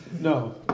No